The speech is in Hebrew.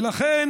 ולכן